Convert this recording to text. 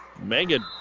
Megan